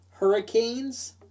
hurricanes